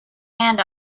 hand